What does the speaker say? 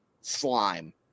slime